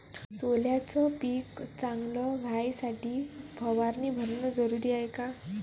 सोल्याचं पिक चांगलं व्हासाठी फवारणी भरनं जरुरी हाये का?